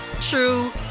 true